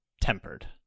tempered